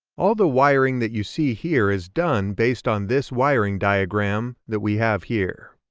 all the wiring that you see here is done based on this wiring diagram that we have here.